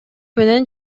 менен